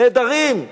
נהדרים,